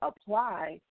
apply